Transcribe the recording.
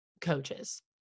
coaches